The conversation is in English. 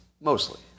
mostly